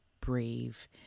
brave